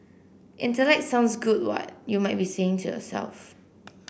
intellect sounds good what you might be saying to yourself